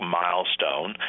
milestone